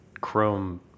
Chrome